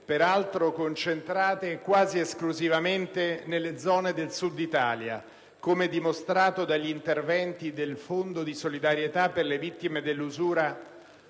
peraltro concentrate quasi esclusivamente nelle zone del Sud d'Italia, come dimostrato dagli interventi del Fondo di solidarietà per le vittime dell'usura,